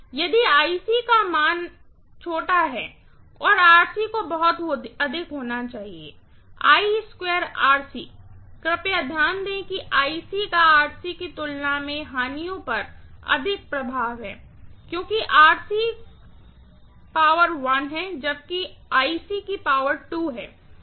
यदि का मान है तो को बहुत अधिक होना चाहिए कृपया ध्यान दें कि का की तुलना में हानियों पर अधिक प्रभाव है क्योंकि पावर 1 जबकि पावर 2